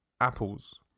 apples